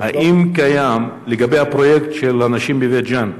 האם קיים, לגבי הפרויקט של הנשים בבית-ג'ן,